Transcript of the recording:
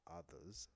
others